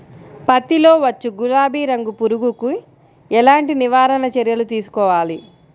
పత్తిలో వచ్చు గులాబీ రంగు పురుగుకి ఎలాంటి నివారణ చర్యలు తీసుకోవాలి?